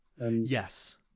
Yes